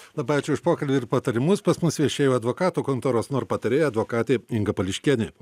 labai ačiū už pokalbį ir patarimus pas mus viešėjo advokatų kontoros patarėja advokatė inga pališkienė